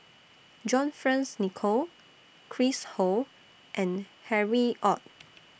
John Fearns Nicoll Chris Ho and Harry ORD